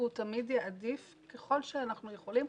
והוא תמיד יעדיף ככל שאנחנו יכולים,